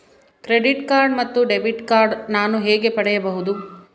Credit card ಮತ್ತು debit card ನಾನು ಹೇಗೆ ಪಡೆಯಬಹುದು?